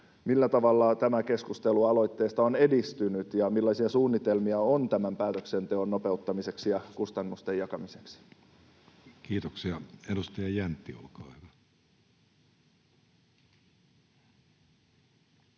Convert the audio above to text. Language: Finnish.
millä tavalla tämä keskustelu aloitteesta on edistynyt, ja millaisia suunnitelmia on tämän päätöksenteon nopeuttamiseksi ja kustannusten jakamiseksi? Kiitoksia. — Edustaja Jäntti, olkaa hyvä.